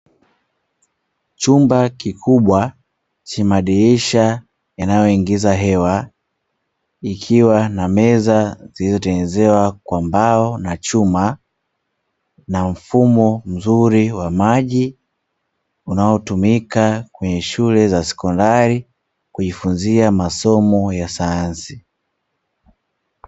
Chumba kikubwa chenye madirisha yanayoingiza hewa ikiwa na meza zilizotengenezewa kwa mbao na chuma, na mfumo mzuri wa maji unaotumika kwenye shule za sekondari kujifunza masomo ya sayansi.